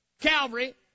Calvary